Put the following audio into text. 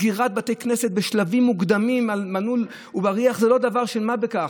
סגירת בתי כנסת בשלבים מוקדמים על מנעול ובריח זה לא דבר של מה בכך.